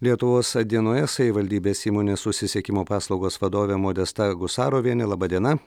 lietuvos dienoje savivaldybės įmonės susisiekimo paslaugos vadovė modesta gusarovienė laba diena